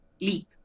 leap